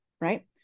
right